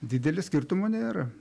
didelio skirtumo nėra